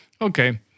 Okay